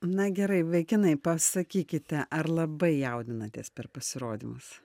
na gerai vaikinai pasakykite ar labai jaudinatės per pasirodymus